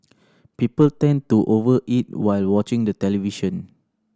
people tend to over eat while watching the television